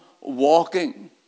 walking